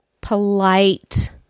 polite